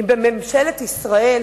אם בממשלת ישראל,